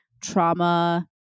trauma